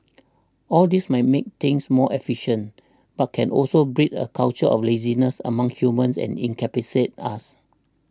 all this might make things more efficient but can also breed a culture of laziness among humans and incapacitate us